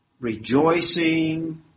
rejoicing